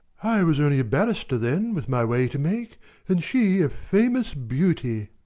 i was only a barrister then with my way to make and she a famous beauty.